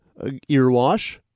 Earwash